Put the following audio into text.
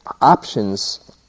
Options